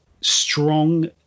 strong